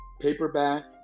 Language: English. paperback